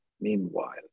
meanwhile